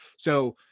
so,